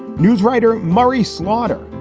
news writer murray slaughter,